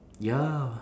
ya